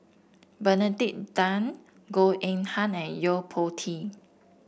Benedict Tan Goh Eng Han and Yo Po Tee